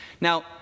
Now